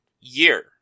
year